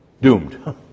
doomed